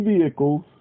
Vehicles